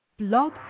Blog